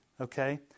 Okay